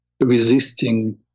resisting